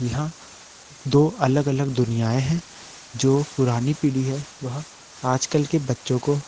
यहाँ दो अलग अलग दुनियाएं हैं जो पुरानी पीढ़ी है वह आज कल के बच्चों को